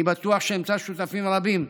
אני בטוח שאמצא שותפים רבים,